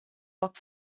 poc